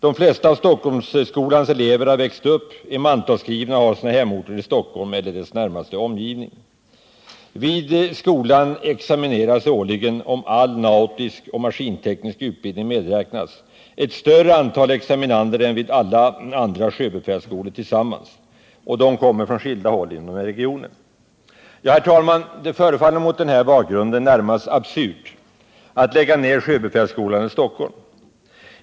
De flesta av Stockholmsskolans elever har växt upp, är mantalsskrivna och har sina hemorter i Stockholm eller dess närmaste omgivning. ning medräknas, ett större antal examinander än vid alla de andra sjöbefäls skolorna tillsammans. Dessa kommer från skilda håll inom regionen. Herr talman! Det förefaller mot denna bakgrund närmast absurt att lägga ned sjöbefälsskolan i Stockholm.